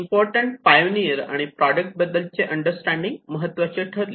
important pioneer आणि product बद्दलचे understanding महत्त्वाचे ठरले